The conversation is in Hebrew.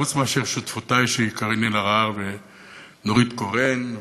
חוץ משותפותי קארין אלהרר ונורית קורן,